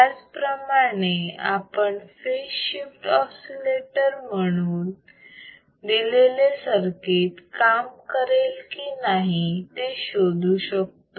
त्याचप्रमाणे आपण phase shift oscillator म्हणून दिलेले सर्किट काम करेल की नाही ते शोधू शकतो